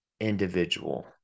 individual